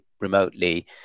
remotely